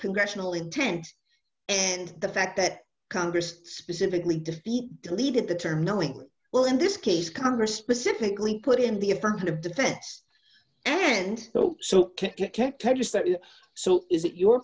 congressional intent and the fact that congress specifically defeat deleted the term knowingly well in this case congress specifically put in the affirmative defense and so so i